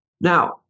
Now